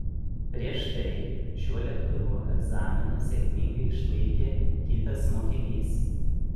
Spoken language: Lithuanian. prieš tai šiuo lėktuvu egzaminą sėkmingai išlaikė kitas mokinys